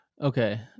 Okay